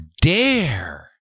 dare